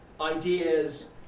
ideas